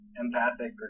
empathic